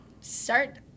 start